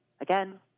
Again